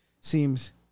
seems